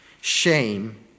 shame